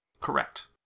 Correct